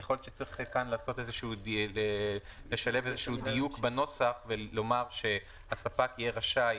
יכול להיות שכאן צריך לשלב איזה דיוק בנוסח ולומר שהספק יהיה רשאי,